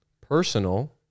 personal